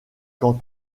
quand